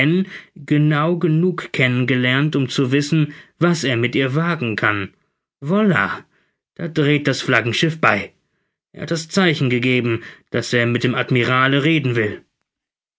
genau genug kennen gelernt um zu wissen was er mit ihr wagen kann voil da dreht das flaggenschiff bei er hat das zeichen gegeben daß er mit dem admirale reden will